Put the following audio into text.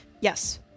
Yes